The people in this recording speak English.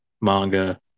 manga